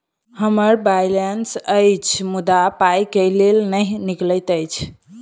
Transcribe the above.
हम्मर बैलेंस अछि मुदा पाई केल नहि निकलैत अछि?